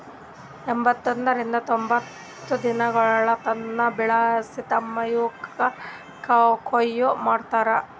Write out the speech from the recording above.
ಎಂಬತ್ತರಿಂದ ತೊಂಬತ್ತು ದಿನಗೊಳ್ ತನ ಬೆಳಸಿ ಮತ್ತ ಇವುಕ್ ಕೊಯ್ಲಿ ಮಾಡ್ತಾರ್